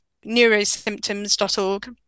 Neurosymptoms.org